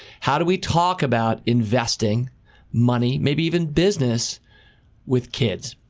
how do we talk about investing money maybe even business with kids?